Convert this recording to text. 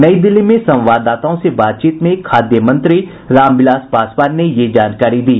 नई दिल्ली में संवाददाताओं से बातचीत में खाद्य मंत्री रामविलास पासवान ने यह जानकारी दी